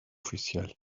oficial